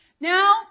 Now